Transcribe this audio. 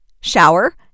shower